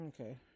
Okay